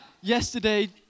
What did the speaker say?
yesterday